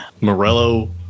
Morello